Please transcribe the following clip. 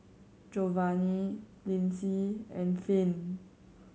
Jovanni Lindsay and Finn